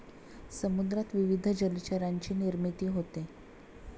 समुद्रात विविध जलचरांची निर्मिती होते